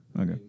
Okay